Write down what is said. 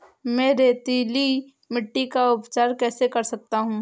मैं रेतीली मिट्टी का उपचार कैसे कर सकता हूँ?